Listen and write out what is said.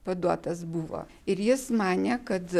paduotas buvo ir jis manė kad